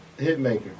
Hitmaker